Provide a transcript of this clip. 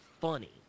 funny